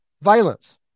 violence